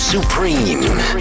Supreme